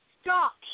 stop